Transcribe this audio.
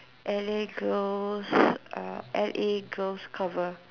L_A girls are L_A girls cover